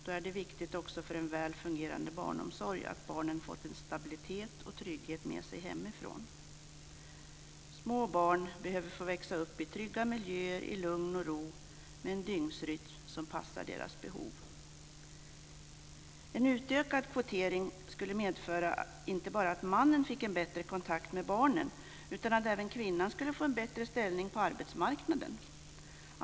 Då är det viktigt för en väl fungerande barnomsorg att barnen har fått stabilitet och trygghet med sig hemifrån. Små barn behöver växa upp i trygga miljöer i lugn och ro med en dygnsrytm som passar deras behov. En utökad kvotering skulle medföra att inte bara mannen fick en bättre kontakt med barnen utan att även kvinnan skulle få en bättre ställning på arbetsmarknaden.